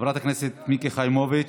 חברת הכנסת מיקי חיימוביץ'?